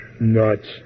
Nuts